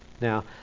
Now